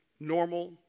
normal